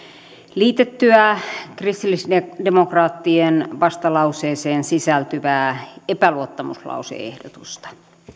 liitettyä kristillisdemokraattien vastalauseeseen sisältyvää epäluottamuslause ehdotusta